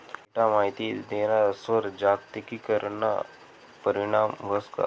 Data माहिती देणारस्वर जागतिकीकरणना परीणाम व्हस का?